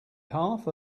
half